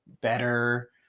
better